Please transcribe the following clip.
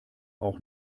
auch